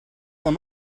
him